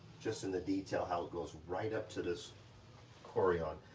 just in the detail how it goes right up to this cory on.